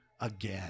again